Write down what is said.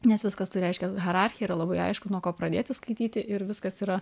nes viskas turi aiškią hierarchiją yra labai aišku nuo ko pradėti skaityti ir viskas yra